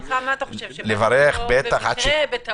לא, סליחה, מה אתה חושב, שאני פה במקרה, בטעות?